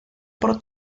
por